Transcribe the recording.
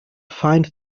find